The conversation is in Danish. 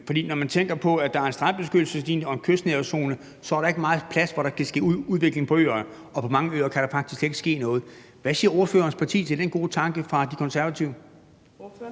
For når man tænker på, at der er en strandbeskyttelseslinje og en kystnær zone, er der ikke meget plads, hvor der kan ske udvikling på øerne, og på mange øer kan der faktisk slet ikke ske noget. Hvad siger ordførerens parti til den gode tanke fra De Konservative? Kl.